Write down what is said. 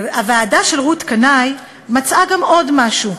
הוועדה של רות קנאי מצאה עוד משהו,